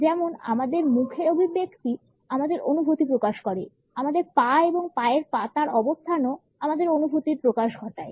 যেমন আমাদের মুখের অভিব্যক্তি আমাদের অনুভূতি প্রকাশ করে আমাদের পা এবং পায়ের পাতার অবস্থানও আমাদের অনুভূতির প্রকাশ ঘটায়